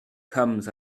comes